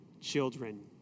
children